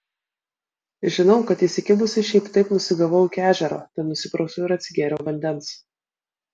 žinau kad įsikibusi šiaip taip nusigavau iki ežero ten nusiprausiau ir atsigėriau vandens